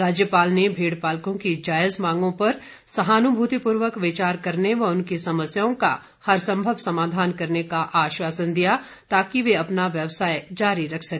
राज्यपाल ने भेडपालकों की जायज मांगों पर सहानुभूतिपूर्वक विचार करने व उनकी समस्याओं का हरसंभव समाधान करने का आश्वासन दिया ताकि वे अपना व्यवसाय जारी रख सके